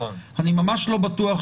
אני ממש לא בטוח,